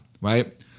right